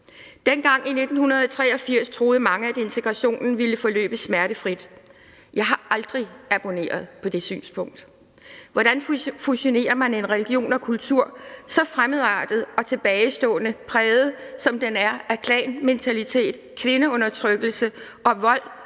Dengang i 1983 troede mange, at integrationen ville forløbe smertefrit. Jeg har aldrig abonneret på det synspunkt. Hvordan fusionerer man en religion og kultur så fremmedartet og tilbagestående præget, som den er, af klanmentalitet, kvindeundertrykkelse og vold